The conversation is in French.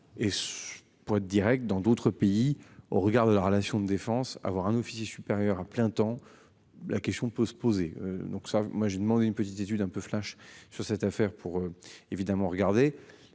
et. Pour être dans d'autres pays au regard de la relation de défense avoir un officier supérieur à plein temps. La question peut se poser. Donc ça, moi j'ai demandé une petite étude un peu flash sur cette affaire pour évidemment regardée